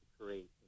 create